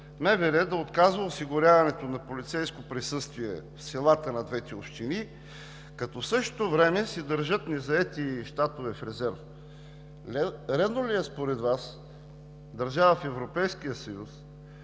МВР да отказва осигуряването на полицейско присъствие в селата на двете общини, като в същото време се държат незаети щатове в резерв?! Редно ли е според Вас в държава от Европейския съюз